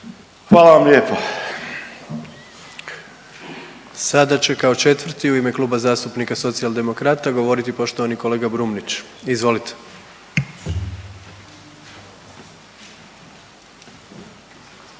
Gordan (HDZ)** Sada će kao 4. u ime Kluba zastupnika Socijaldemokrata govoriti poštovani kolega Brumnić. Izvolite. **Brumnić,